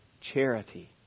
charity